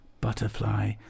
butterfly